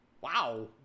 Wow